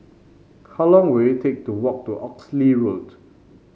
how long will it take to walk to Oxley Road